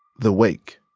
the wake.